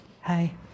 Hi